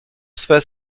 swe